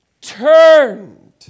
turned